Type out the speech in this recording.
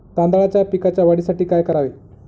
तांदळाच्या पिकाच्या वाढीसाठी काय करावे?